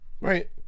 right